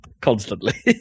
constantly